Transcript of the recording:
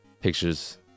pictures